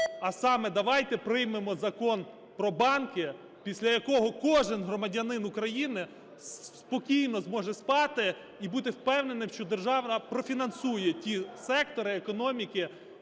а саме, давайте приймемо Закон про банки, після якого кожен громадянин України спокійно зможе спати і бути впевненим, що держава профінансує ті сектори економіки,